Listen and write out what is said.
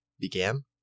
began